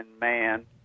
man